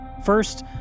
First